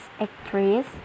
actress